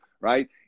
right